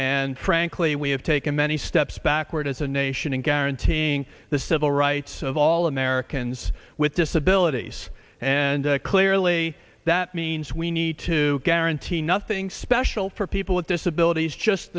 and frankly we have taken many steps backward as a nation and guaranteeing the civil rights of all americans with disabilities and clearly that means we need to guarantee nothing special for people with disabilities just